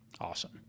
Awesome